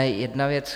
Jedna věc.